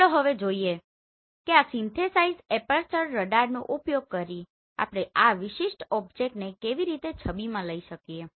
ચાલો હવે જોઈએ કે આ સીન્થેસાઇઝ એપાર્ચર રડારનો ઉપયોગ કરીને આપણે આ વિશિષ્ટ ઓબ્જેક્ટને કેવી રીતે છબીમાં લઈ શકીએ